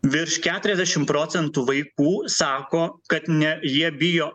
virš keturiasdešim procentų vaikų sako kad ne jie bijo